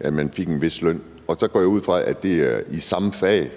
at man fik en vis løn. Så går jeg ud fra, at det er inden for samme fag.